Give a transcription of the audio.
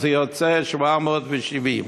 אז זה יוצא 770 דולר.